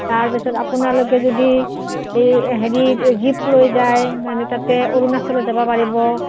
তাৰপিছত আপোনালোকে যদি এই হেৰি জীপ লৈ যায় মানে তাতে অৰুণাচলত যাব পাৰিব